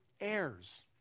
heirs